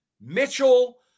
Mitchell